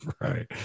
right